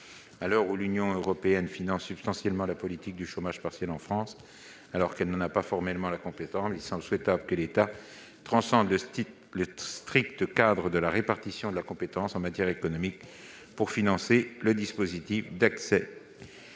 À l'heure où l'Union européenne finance substantiellement la politique du chômage partiel en France, alors qu'elle n'en a pas formellement la compétence, il semble souhaitable que l'État transcende le strict cadre de la répartition de la compétence en matière économique pour financer le dispositif d'accès